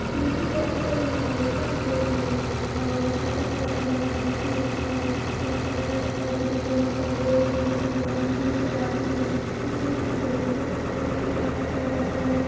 دوسری ریاستوں کے مقابل اتر پردیش میں ہیلتھ کیئر کا معیار بہت ہی اچھا ہے یہاں پر جو حکومت ہے وہ سمے سمے پر مہم چلاتی ہے جس میں کہ غریبوں کو کافی علاج کیا جاتا ہے